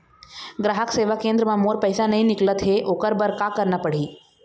ग्राहक सेवा केंद्र म मोर पैसा नई निकलत हे, ओकर बर का करना पढ़हि?